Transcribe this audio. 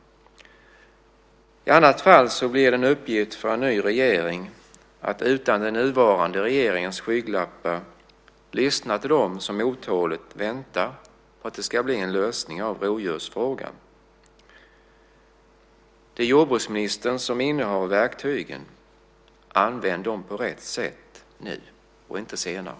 I annat fall blir det en uppgift för en ny regering att utan den nuvarande regeringens skygglappar lyssna till dem som otåligt väntar på att det ska bli en lösning av rovdjursfrågan. Det är jordbruksministern som innehar verktygen. Använd dem på rätt sätt - nu och inte senare!